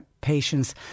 patients